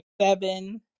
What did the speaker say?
seven